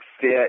fit